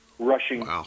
Rushing